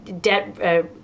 debt